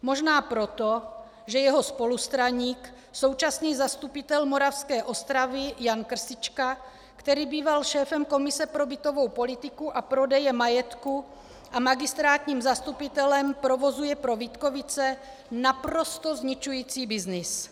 Možná proto, že jeho spolustraník, současný zastupitel Moravské Ostravy Jan Krtička, který býval šéfem komise pro bytovou politiku a prodeje majetku a magistrátním zastupitelem, provozuje pro Vítkovice naprosto zničující byznys.